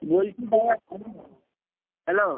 বলছি দাদা হ্যালো